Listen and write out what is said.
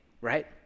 right